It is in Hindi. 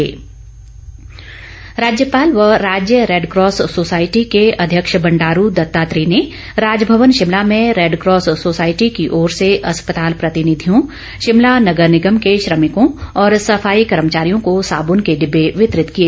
राज्यपाल राज्यपाल व राज्य रेडक्रॉस सोसायटी के अध्यक्ष बंडारू दत्तात्रेय ने राजमवन शिमला में रेडक्रॉस सोसायटी की ओर से अस्पताल प्रतिनिधियों शिमला नगर निगम के श्रमिकों और सफाई कर्मचारियों को साबून के डिब्बे वितरित किए